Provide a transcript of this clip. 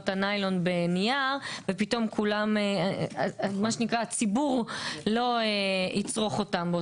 הניילון בנייר והציבור פתאום לא יצרוך אותן.